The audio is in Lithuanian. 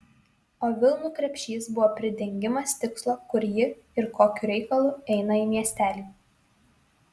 o vilnų krepšys buvo pridengimas tikslo kur ji ir kokiu reikalu eina į miestelį